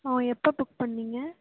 அ எப்போ புக் பண்ணிங்க